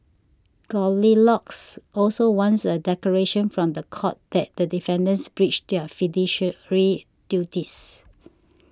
Goldilocks also wants a declaration from the court that the defendants breached their fiduciary duties